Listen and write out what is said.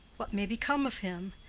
what may become of him?